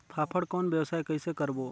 फाफण कौन व्यवसाय कइसे करबो?